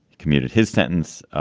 commuted his sentence.